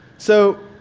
so